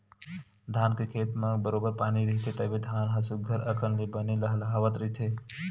धान के खेत म बरोबर पानी रहिथे तभे धान ह सुग्घर अकन ले बने लहलाहवत रहिथे